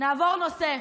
נעבור נושא.